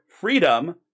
freedom